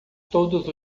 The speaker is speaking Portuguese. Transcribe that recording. todos